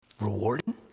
rewarding